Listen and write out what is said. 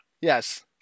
Yes